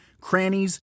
crannies